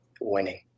winning